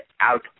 out